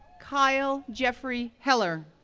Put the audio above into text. kyle jeffrey heller,